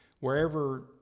Wherever